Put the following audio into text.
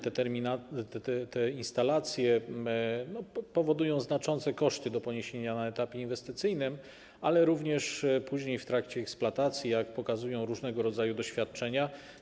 Te instalacje powodują znaczące koszty do poniesienia na etapie inwestycyjnym, ale również później w trakcie eksploatacji, jak pokazują różnego rodzaju doświadczenia.